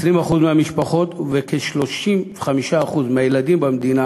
25% מהמשפחות וכ-35% מהילדים במדינה